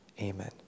Amen